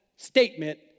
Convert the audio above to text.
statement